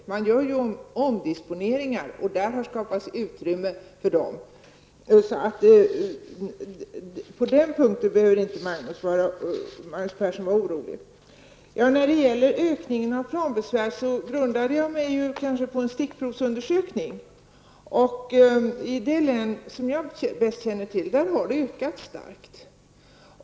Man gör ju omdisponeringar, och där har skapats utrymme för dessa förstärkningar. På den punkten behöver inte Magnus Persson vara orolig. När det gäller ökning av planbesvär grundade jag mig kanske på en stickprovsundersökning. I det län som jag bäst känner till har det ökat starkt.